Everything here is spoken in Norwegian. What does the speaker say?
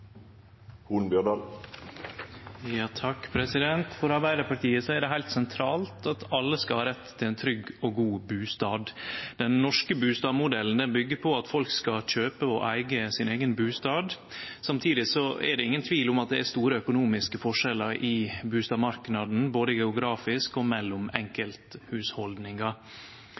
det heilt sentralt at alle skal ha rett til ein trygg og god bustad. Den norske bustadmodellen byggjer på at folk skal kjøpe og eige sin eigen bustad. Samtidig er det ingen tvil om at det er store økonomiske forskjellar i bustadmarknaden, både geografisk og mellom